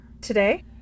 today